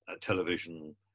television